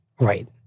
Right